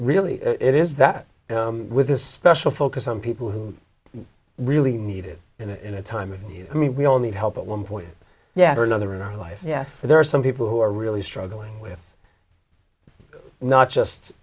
really it is that with this special focus on people who really need it in a time and i mean we all need help at one point yet or another in our life yes there are some people who are really struggling with not just